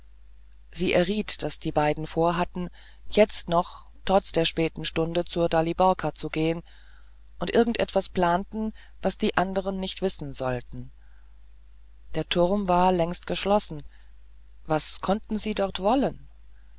sie erriet daß die beiden vorhatten jetzt noch trotz der späten stunde zur daliborka zu gehen und irgend etwas planten was die anderen nicht wissen sollten der turm war längst geschlossen was konnten sie dort wollen